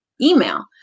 email